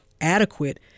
adequate